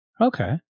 Okay